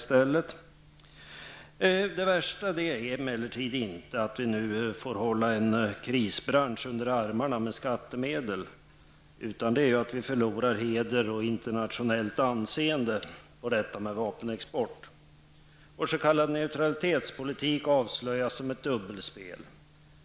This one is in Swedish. Det värsta är emellertid inte att vi nu får hålla en krisbransch under armarna med skattemedel, utan att vi förlorar heder och internationellt anseende på grund av vapenexporten. Vår s.k. neutralitetspolitik avslöjas som ett dubbelspel.